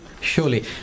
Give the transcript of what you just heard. surely